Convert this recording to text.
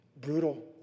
Brutal